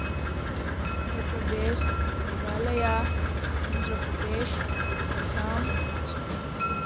Uttar Pradesh Meghalaya Andhra Pradesh Assam Kashmir